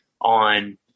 on